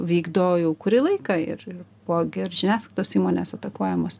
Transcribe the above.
vykdo jau kurį laiką ir buvo gi ir žiniasklaidos įmonės atakuojamos